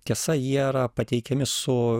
tiesa jie yra pateikiami su